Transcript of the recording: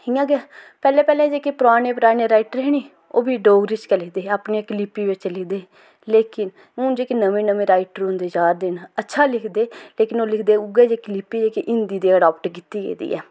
इ'या गै पैह्ले पैह्ले जेह्के पराने पराने राइटर हे न ओह् बी डोगरी च गै लिखदे हे अपनी इक लिपि बिच्च लिखदे हे लेकिन हून जेह्के नमें नमें राइटर होंदे जा'रदे न अच्छा लिखदे लेकिन ओह् लिखदे उ'यै जेह्की लिपि जेह्की हिंदी दी आडाप्ट कीती गेदी ऐ